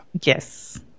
Yes